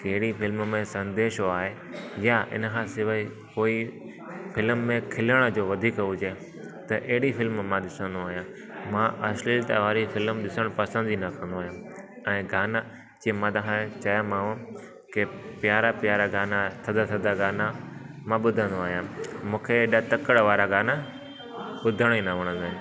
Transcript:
कहिड़ी फिल्म में संदेशो आहे या इनखां सवाइ कोई फिल्म में खिलण जो वधीक हुजे त अहिड़ी फिल्म मां ॾिसंदो आहियां मां अश्लीलता वारी फिल्म ॾिसणु पसंदि ई न कंदो आहियां ऐं गाना जीअं मां तव्हां खे चयुमांव कि प्यारा प्यारा गाना थधा थधा गाना मां ॿुधंदो आहियां मूंखे एॾा तकड़ि वारा गाना ॿुधण ई न वणंदा आहिनि